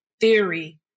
theory